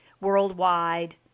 worldwide